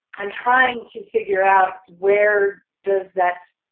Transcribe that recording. i'm trying to figure out where does that